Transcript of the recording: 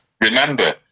remember